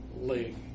league